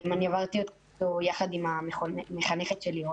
אני עברתי אותו יחד עם המחנכת שלי,